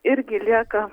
irgi lieka